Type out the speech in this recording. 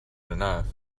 enough